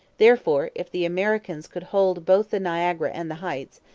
therefore, if the americans could hold both the niagara and the heights,